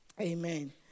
Amen